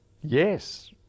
Yes